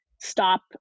stop